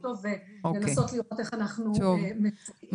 אותו ולנסות לראות איך אנחנו מתקדמים עם זה.